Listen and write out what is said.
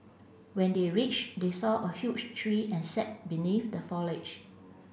when they reach they saw a huge tree and sat beneath the foliage